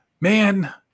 man